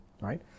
right